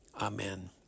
Amen